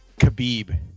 Khabib